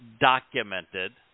documented